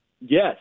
Yes